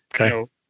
Okay